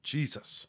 Jesus